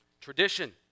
tradition